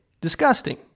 disgusting